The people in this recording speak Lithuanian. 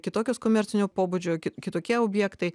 kitokios komercinio pobūdžio ki kitokie objektai